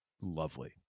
lovely